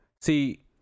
See